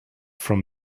from